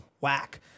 whack